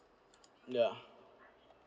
ya